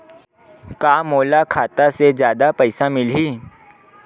का मोला खाता से जादा पईसा मिलही?